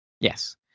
Yes